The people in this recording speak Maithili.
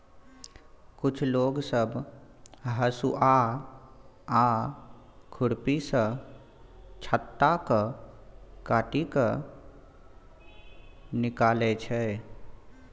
कुछ लोग सब हसुआ आ खुरपी सँ छत्ता केँ काटि केँ निकालै छै